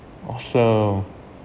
awesome